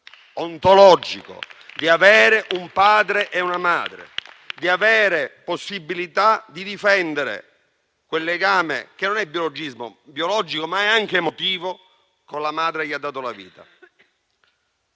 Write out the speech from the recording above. ontologico di avere un padre e una madre, di avere la possibilità di difendere quel legame, che non è solo biologico ma è anche emotivo, con la madre che gli ha dato la vita.